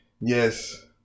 Yes